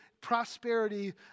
prosperity